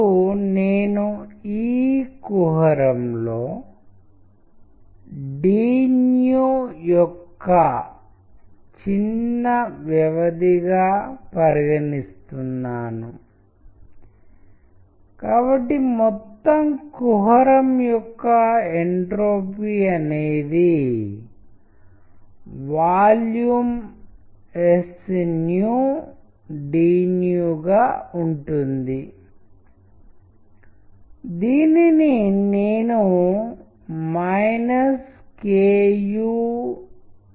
కానీ నేను మీతో పంచుకున్నట్లు మరియు మీరు షోలే యొక్క ఈ ఉదాహరణను చూడొచ్చు దీని అర్ధం ఏమిటి అంటే మండుతున్న బొగ్గు మీరు అగ్ని యొక్క మూలకాన్ని టైపోగ్రఫీ యొక్క ఈ ఉదాహరణలో చాలా విలక్షనంగ అందించబడిన అగ్ని యొక్క రూపకం చుడోచ్చు కాబట్టి నేను మీకు చెప్పినట్లు వచనాలు చిత్రాలుగా మన జీవితంలో చాలా ముఖ్యమైన భాగం తీసుకున్నాయి మరియు అది ఎలా జరుగుతుంది అనే దానికి ఇక్కడ ఉదాహరణలు ఉన్నాయి